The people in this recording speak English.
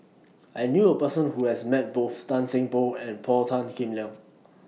I knew A Person Who has Met Both Tan Seng Poh and Paul Tan Kim Liang